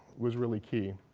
was really key.